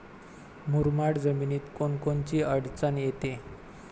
मुरमाड जमीनीत कोनकोनची अडचन येते?